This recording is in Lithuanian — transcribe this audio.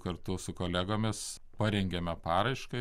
kartu su kolegomis parengėme paraišką